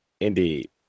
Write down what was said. Indeed